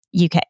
UK